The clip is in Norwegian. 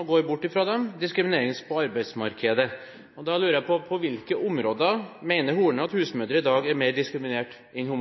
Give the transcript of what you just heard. og går bort fra dem, og at de opplever diskriminering på arbeidsmarkedet. Da lurer jeg på: På hvilke områder mener Horne at husmødre i dag er mer diskriminert enn